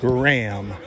Graham